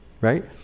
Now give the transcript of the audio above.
right